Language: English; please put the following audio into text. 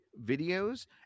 videos